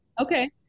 Okay